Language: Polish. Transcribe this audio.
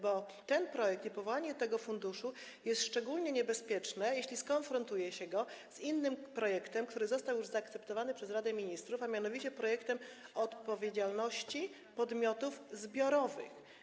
Bo ten projekt, w którym powołuje się ten fundusz, jest szczególnie niebezpieczny, jeśli skonfrontuje się go z innym projektem ustawy, który został już zaakceptowany przez Radę Ministrów, a mianowicie ustawy o odpowiedzialności podmiotów zbiorowych.